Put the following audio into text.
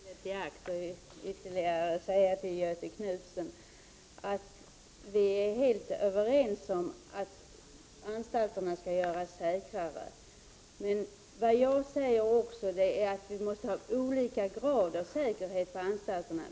Fru talman! Jag måste ta tillfället i akt att ytterligare en gång säga till Göthe Knutson att vi är helt överens om att anstalterna skall göras säkrare. Men vad jag säger är också att vi måste ha olika grad av säkerhet på anstalterna.